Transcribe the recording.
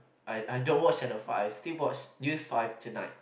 I I don't watch Channel Five I still watch News Five tonight